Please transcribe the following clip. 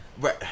Right